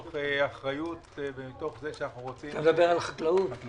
מתוך אחריות --- אתה מדבר על החקלאות?